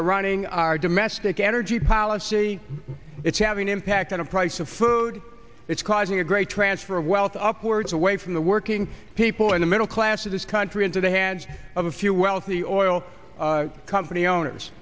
are running our domestic energy policy it's having impact on the price of food it's causing a great transfer of wealth upwards away from the working people in the middle class of this country into the hands of a few wealthy oil company owners